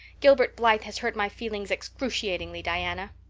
gilbert blythe has hurt my feelings excruciatingly, diana.